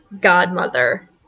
godmother